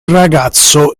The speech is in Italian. ragazzo